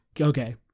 Okay